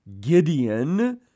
Gideon